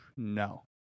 No